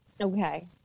Okay